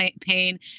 pain